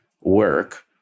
work